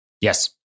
Yes